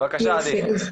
בבקשה, עדי.